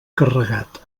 carregat